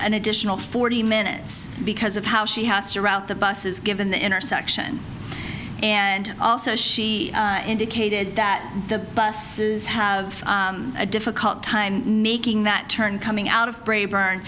an additional forty minutes because of how she has to route the buses given the intersection and also as she indicated that the bus is have a difficult time making that turn coming out of a burn